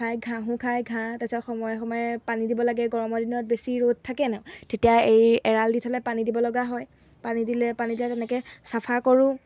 খাই ঘাঁহো খায় ঘাঁহ তাৰপিছত সময়ে সময়ে পানী দিব লাগে গৰমৰ দিনত বেছি ৰ'দ থাকে ন তেতিয়া এৰি এৰাল দি থ'লে পানী দিব লগা হয় পানী দিলে পানী দিয়া তেনেকৈ চাফা কৰোঁ